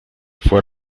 fue